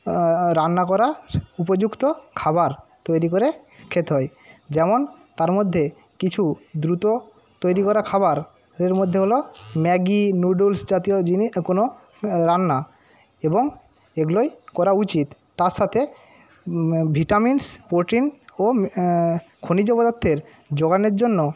রান্না করা উপযুক্ত খাবার তৈরি করে খেতে হয় যেমন তার মধ্যে কিছু দ্রুত তৈরি করা খাবারের মধ্যে হল ম্যাগি নুডুলস জাতীয় জিনি কোন রান্না এবং এগুলোই করা উচিত তার সাথে ভিটামিনস প্রোটিন ও খনিজ পদার্থের জোগানের জন্য